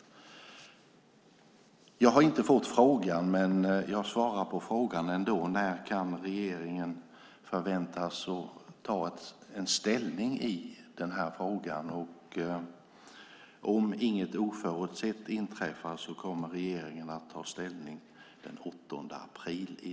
Jag har inte fått frågan, men jag svarar ändå på den: När kan regeringen förväntas ta ställning i den här frågan? Om inget oförutsett inträffar kommer regeringen att ta ställning den 8 april.